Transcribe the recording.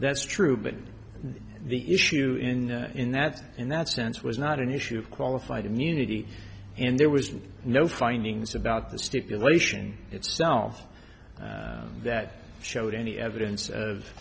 that's true but the issue in that in that sense was not an issue of qualified immunity and there was no findings about the stipulation itself that showed any evidence of